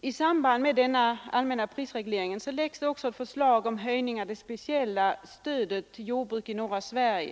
i I samband med den allmänna prisregleringen framläggs också förslag om höjning av det speciella stödet till jordbruket i norra Sverige.